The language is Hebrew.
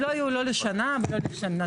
לשנה.